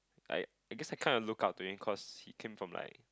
like I guess I kind of look up to him cause he came from like